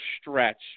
stretch